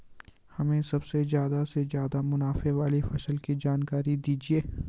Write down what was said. हमें सबसे ज़्यादा से ज़्यादा मुनाफे वाली फसल की जानकारी दीजिए